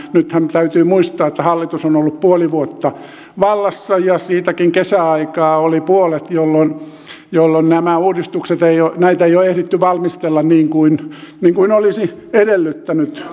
nythän täytyy muistaa että hallitus on ollut puoli vuotta vallassa ja siitäkin kesäaikaa oli puolet joten näitä uudistuksia ei ole ehditty valmistella niin kuin kunnollinen valmistelu olisi edellyttänyt